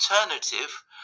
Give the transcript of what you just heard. alternative